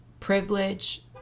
Privilege